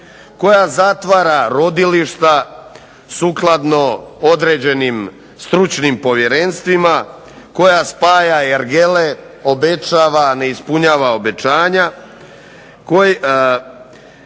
Koja zatvara rodilišta sukladno određenim stručnim povjerenstvima, koja spaja ergele, obećava, ne ispunjava obećanja,